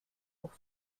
pour